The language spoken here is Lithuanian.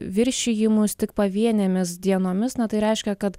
viršijimus tik pavienėmis dienomis na tai reiškia kad